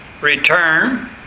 Return